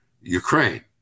Ukraine